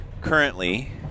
Currently